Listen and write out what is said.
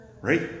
right